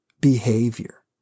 behavior